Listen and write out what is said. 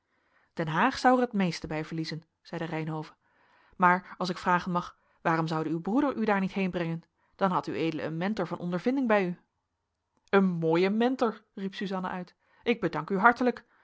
den haag zou er het meeste bij verliezen zeide reynhove maar als ik vragen mag waarom zoude uw broeder u daar niet heenbrengen dan had ued een mentor van ondervinding bij u een mooie mentor riep suzanna uit ik bedank u hartelijk